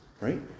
right